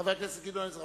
חבר הכנסת גדעון עזרא.